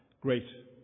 great